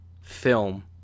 film